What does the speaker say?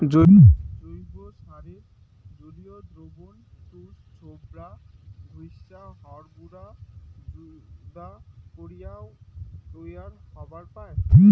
জৈব সারের জলীয় দ্রবণ তুষ, ছোবড়া, ঘইষা, হড় গুঁড়া যুদা করিয়াও তৈয়ার হবার পায়